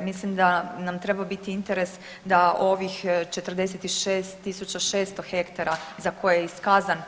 Mislim da nam treba biti interes da ovih 46.600 hektara za koje je iskazan